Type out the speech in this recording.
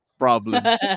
problems